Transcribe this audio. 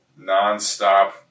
nonstop